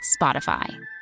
Spotify